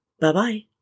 Bye-bye